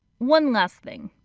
one last thing.